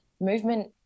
movement